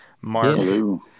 Mark